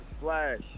Flash